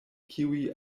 kiuj